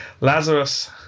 Lazarus